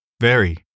very